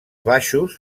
baixos